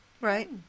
Right